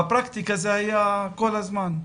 בפרקטיקה זה היה כל הזמן.